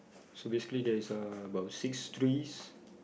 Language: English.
so basically there is uh about six trees